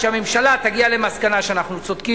שהממשלה תגיע למסקנה שאנחנו צודקים